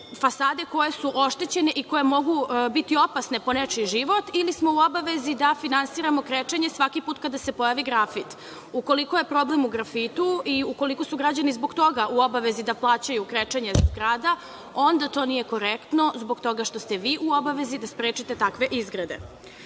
fasade koje su oštećene i koje mogu biti opasne po nečiji život ili smo u obavezi da finansiramo krečenje svaki put kada se pojavi grafit? Ukoliko je problem u grafitu i ukoliko su građani zbog toga u obavezi da plaćaju krečenje zgrada, onda to nije korektno, zbog toga što ste vi u obavezi da sprečite takve